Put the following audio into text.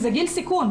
זה גיל סיכון.